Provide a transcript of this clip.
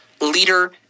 leader